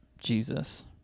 Jesus